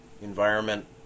environment